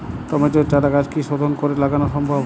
টমেটোর চারাগাছ কি শোধন করে লাগানো সম্ভব?